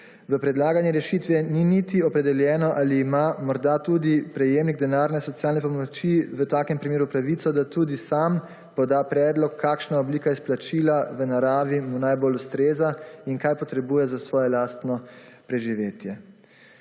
V predlagani rešitvi ni niti opredeljeno ali ima morda tudi prejemnik denarne socialne pomoči v takem primeru pravico, da tudi sam poda predlog kakšna oblika izplačila v naravi mu najbolj ustreza in kaj potrebuje za svoje lastno preživetje.